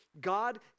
God